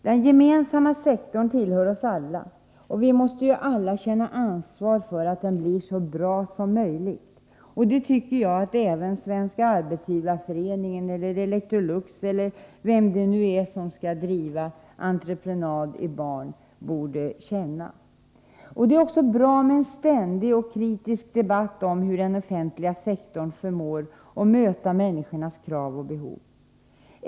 Den gemensamma sektorn tillhör oss alla, och vi måste alla känna ansvar för att den blir så bra som möjligt. Det tycker jag att även Svenska arbetsgivareföreningen, Electrolux eller vem det nu är som skall driva entreprenad i barn borde känna. Det är också bra med en ständig och kritisk debatt om hur den offentliga sektorn förmår möta människornas krav och behov.